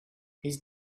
his